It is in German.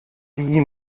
die